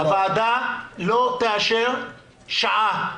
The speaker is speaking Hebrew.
הוועדה לא תאשר שעה,